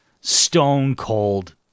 stone-cold